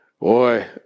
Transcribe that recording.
Boy